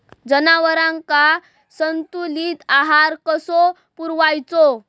जनावरांका संतुलित आहार कसो पुरवायचो?